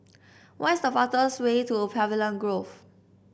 what is the fastest way to Pavilion Grove